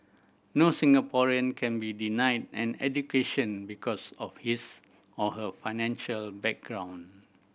no Singaporean can be denied an education because of his or her financial background